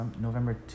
November